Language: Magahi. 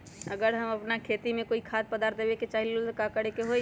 अगर हम अपना खेती में कोइ खाद्य पदार्थ देबे के चाही त वो ला का करे के होई?